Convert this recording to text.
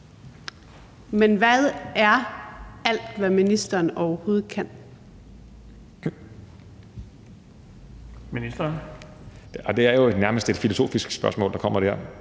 Men hvad er alt, hvad ministeren overhovedet kan?